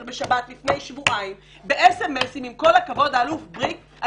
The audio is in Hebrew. בשבת לפני שבועיים בהודעות ס.מ.ס בכל הכבוד האלוף בריק,